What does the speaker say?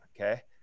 Okay